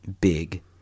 big